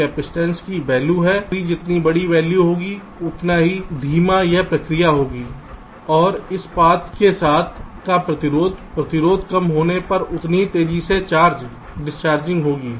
एक कपसिटंस की वैल्यू है जितनी बड़ी है वैल्यू होगी उतना ही धीमा यह प्रक्रिया होगी और इस पथ के साथ का प्रतिरोध प्रतिरोध कम होने पर उतनी तेजी से चार्ज डिसचार्जिंग होगा